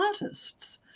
artists